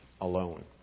alone